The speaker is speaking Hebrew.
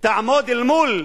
תעמוד אל מול